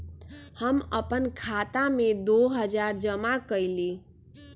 हम अपन खाता में दो हजार जमा कइली